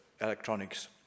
electronics